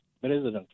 president